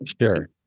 sure